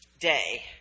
day